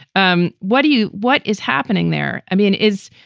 um what do you. what is happening there? i mean, is